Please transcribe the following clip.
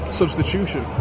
substitution